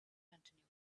continued